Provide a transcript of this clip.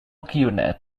guionet